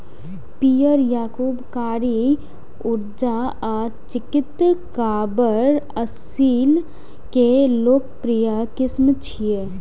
पीयर, याकूब, कारी, उज्जर आ चितकाबर असील के लोकप्रिय किस्म छियै